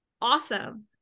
Awesome